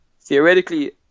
Theoretically